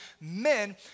men